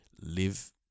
live